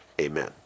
amen